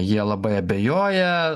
jie labai abejoja